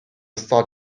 start